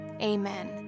amen